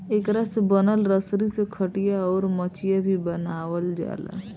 एकरा से बनल रसरी से खटिया, अउर मचिया भी बनावाल जाला